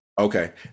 Okay